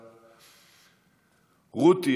רותי,